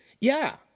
Yeah